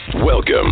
Welcome